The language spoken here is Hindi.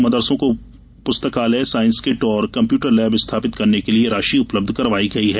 मदरसों को प्रस्तकालय साइंस किट और कम्प्यूटर लैब स्थापित करने के लिये राशि उपलब्ध करवाई गयी है